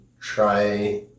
try